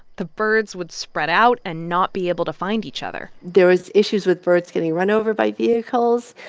the birds would spread out and not be able to find each other there was issues with birds getting run over by vehicles.